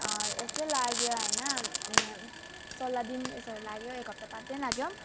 यस्तै लाग्यो हैन अनि सोह्र दिन यसोहरू लाग्यो एक हप्ता पाँच दिन लाग्यो